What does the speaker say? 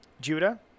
Judah